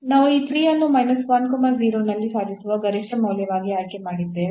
ನಾವು ಈ 3 ಅನ್ನು ನಲ್ಲಿ ಸಾಧಿಸುವ ಗರಿಷ್ಠ ಮೌಲ್ಯವಾಗಿ ಆಯ್ಕೆ ಮಾಡಿದ್ದೇವೆ